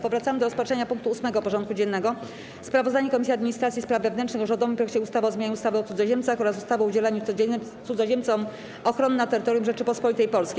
Powracamy do rozpatrzenia punktu 8. porządku dziennego: Sprawozdanie Komisji Administracji i Spraw Wewnętrznych o rządowym projekcie ustawy o zmianie ustawy o cudzoziemcach oraz ustawy o udzielaniu cudzoziemcom ochrony na terytorium Rzeczypospolitej Polskiej.